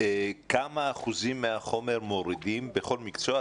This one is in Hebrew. כמה אחוזים מהחומר מורידים בכל מקצוע?